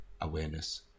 awareness